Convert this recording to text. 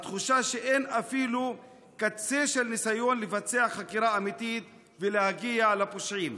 התחושה שאין אפילו קצה של ניסיון לבצע חקירה אמיתית ולהגיע לפושעים.